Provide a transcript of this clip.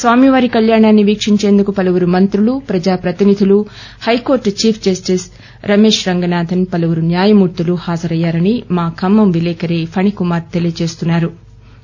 స్వామివారి కళ్యాణాన్ని వీక్షించేందుకు పువురు మంత్రు ప్రజాప్రతినిధు హైకోర్లు చీఫ్ జస్టిస్ రమేష్ రంగనాథన్ పువురు న్యాయమూర్తు హాజరయ్యారని మా ఖమ్మం విలేఖరి ఫణికుమార్ తెలియజేస్తున్నా రు